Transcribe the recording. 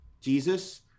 Jesus